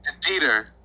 Dieter